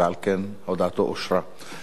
ועל כן הודעתו אושרה.